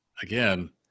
again